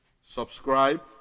subscribe